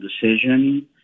decision